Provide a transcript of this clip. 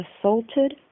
assaulted